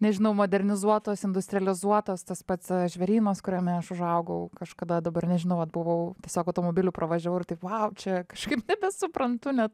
nežinau modernizuotos industrializuotos tas pats žvėrynas kuriame aš užaugau kažkada dabar nežinau vat buvau tiesiog automobiliu pravažiavau ir taip vau čia kažkaip nebesuprantu net